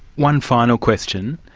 one final question,